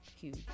huge